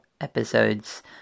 episodes